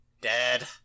Dead